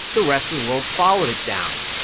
the rest of the world followed it down.